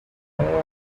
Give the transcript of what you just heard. answered